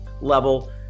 level